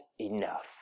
enough